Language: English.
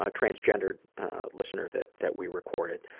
ah transgendered listener that that we recorded.